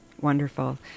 Wonderful